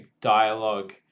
dialogue